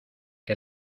que